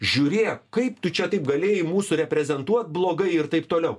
žiūrėk kaip tu čia taip galėjai mūsų reprezentuot blogai ir taip toliau